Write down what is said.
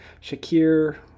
shakir